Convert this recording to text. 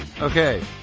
Okay